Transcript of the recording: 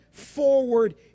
forward